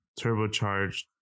turbocharged